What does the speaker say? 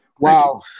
Wow